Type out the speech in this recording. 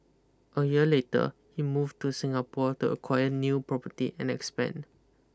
a year later he move to Singapore to acquire new property and expand